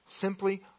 simply